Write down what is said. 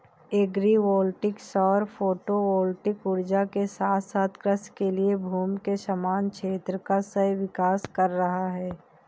agri voltaic सौर photovoltaic ऊर्जा के साथ साथ कृषि के लिए भूमि के समान क्षेत्र का सह विकास कर रहा है